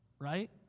right